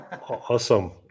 Awesome